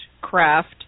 craft